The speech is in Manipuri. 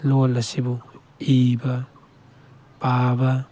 ꯂꯣꯜ ꯑꯁꯤꯕꯨ ꯏꯕ ꯄꯥꯕ